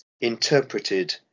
interpreted